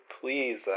please